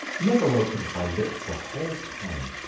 never opened my lips the whole time.